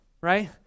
right